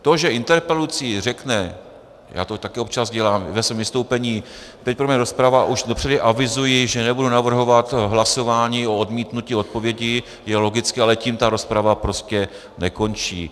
To, že interpelující řekne, já to také občas dělám, ve svém vystoupení, teď rozprava, už dopředu avizuji, že nebudu navrhovat hlasování o odmítnutí odpovědi, je logické, ale tím ta rozprava prostě nekončí.